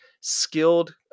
skilled